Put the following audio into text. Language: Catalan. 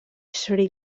sri